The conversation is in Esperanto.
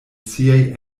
siaj